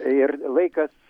ir laikas